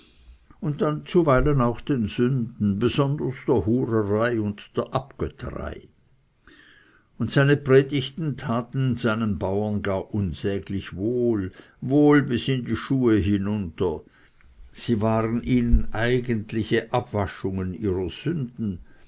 und dann auch zuweilen den sünden besonders der hurerei und abgötterei und seine predigten taten seinen bauern gar unsäglich wohl wohl bis in die schuhe hinunter sie waren ihnen eigentliche abwaschungen ihrer sünden